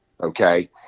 okay